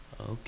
Okay